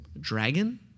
Dragon